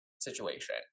situation